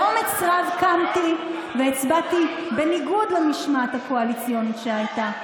באומץ רב קמתי והצבעתי בניגוד למשמעת הקואליציונית שהייתה.